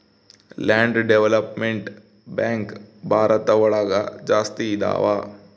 land development bank Bharat ಒಳಗ ಜಾಸ್ತಿ ಇದಾವ